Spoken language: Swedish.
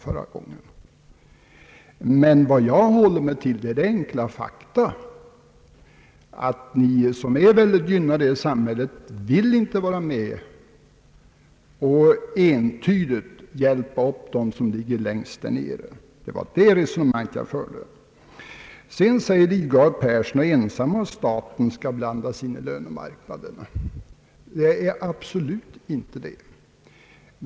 Jag håller mig emellertid till det enkla faktum, att de som är gynnade inte vill vara med och entydigt hjälpa upp dem som ligger längst där nere. Det var detta resonemang jag förde. Herr Lidgard säger, att jag är ensam om att tycka att staten skall blanda sig in i lönemarknaden. Det är jag absolut inte.